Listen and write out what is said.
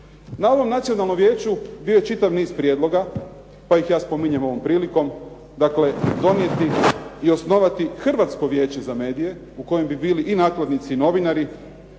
Na ovom Nacionalnom vijeću bio je čitav niz prijedloga, pa ih ja spominjem ovom prilikom, dakle donijeti i osnovati Hrvatsko vijeće za medije u kojem bi bili i nakladnici i novinari,